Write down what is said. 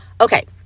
Okay